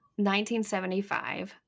1975